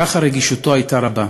כך רגישותו הייתה רבה.